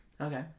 okay